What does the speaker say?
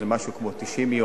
שזה משהו כמו 90 יום,